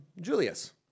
Julius